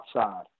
outside